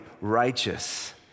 righteous